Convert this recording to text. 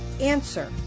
answer